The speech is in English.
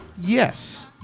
Yes